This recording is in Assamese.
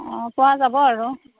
অঁ পোৱা যাব আৰু